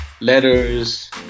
letters